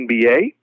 NBA